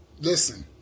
listen